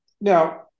now